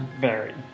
vary